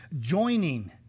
joining